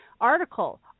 article